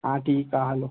हा ठीकु आहे हलो